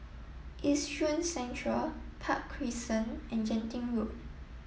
Yishun Central Park Crescent and Genting Road